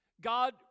God